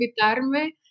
invitarme